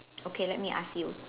okay let me ask you